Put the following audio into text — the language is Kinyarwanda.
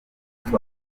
vicky